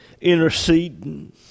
interceding